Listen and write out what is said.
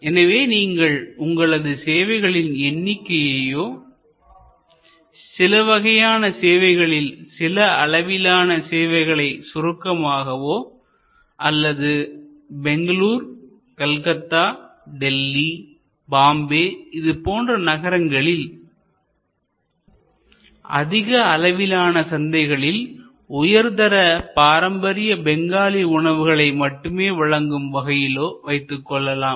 எனவே நீங்கள் உங்களது சேவைகளின் எண்ணிக்கையையோ சிலவகையான சேவைகளில் சில அளவிலான சேவைகளை சுருக்கமாகவோ அல்லது பெங்களூர் கல்கத்தா டெல்லி பாம்பே இது போன்ற நகரங்களில் அதிக அளவிலான சந்தைகளில் உயர்தர பாரம்பரிய பெங்காலி உணவுகளை மட்டுமே வழங்கும் வகையிலோ வைத்துக்கொள்ளலாம்